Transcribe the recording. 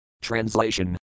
Translation